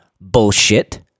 bullshit